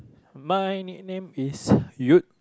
my name is Yewd